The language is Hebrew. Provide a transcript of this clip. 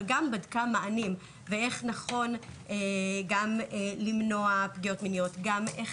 אבל גם בדקה מענים; איך נכון למנוע פגיעות מיניות; ואיך